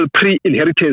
pre-inheritance